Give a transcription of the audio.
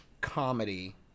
comedy